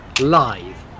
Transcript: Live